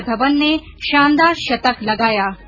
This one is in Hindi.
शिखर धवन ने शानदार शतक लगाया